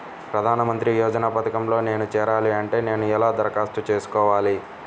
ప్రధాన మంత్రి యోజన పథకంలో నేను చేరాలి అంటే నేను ఎలా దరఖాస్తు చేసుకోవాలి?